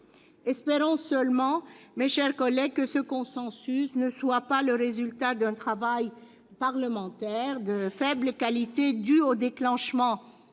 Espérons seulement, mes chers collègues, que ce consensus ne soit pas le résultat d'un travail parlementaire de faible qualité dû au déclenchement